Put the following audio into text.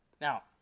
Now